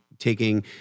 Taking